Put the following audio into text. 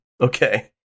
Okay